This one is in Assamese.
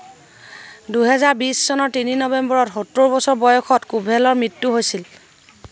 দুহেজাৰ বিছ চনৰ তিনি নৱেম্বৰত সত্তৰ বছৰ বয়সত কোভেলৰ মৃত্যু হৈছিল